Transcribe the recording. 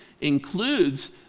includes